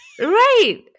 Right